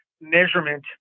measurement